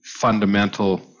fundamental